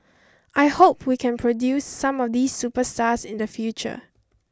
I hope we can produce some of these superstars in the future